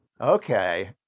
okay